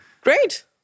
Great